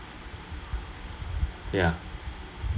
ya